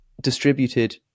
distributed